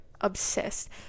obsessed